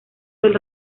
del